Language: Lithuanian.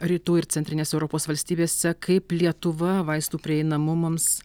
rytų ir centrinės europos valstybėse kaip lietuva vaistų prieinamumams